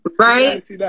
Right